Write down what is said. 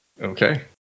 Okay